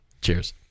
Cheers